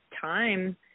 time